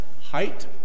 height